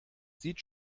sieht